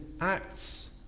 acts